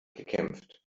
gekämpft